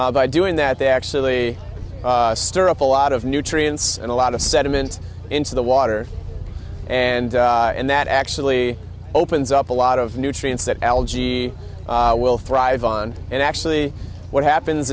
by doing that they actually stir up a lot of nutrients and a lot of sediment into the water and and that actually opens up a lot of nutrients that algae will thrive on and actually what happens